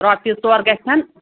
رۄپیہِ ژور گژھن